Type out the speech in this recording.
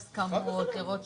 להיפך, אני הסברתי את החלטת